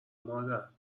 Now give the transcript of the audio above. مادر